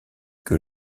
que